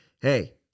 hey